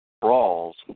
brawls